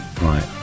Right